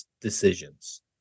decisions